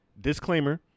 disclaimer